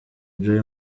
joy